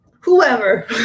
whoever